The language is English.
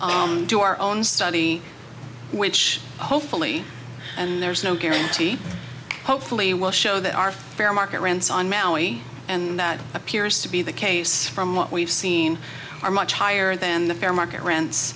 to do our own study which hopefully and there's no guarantee hopefully we'll show that our fair market rents on maui and that appears to be the case from what we've seen are much higher than the fair market rent